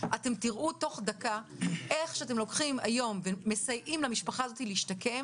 תראו תוך דקה איך כשאתם מסייעים היום למשפחות להשתקם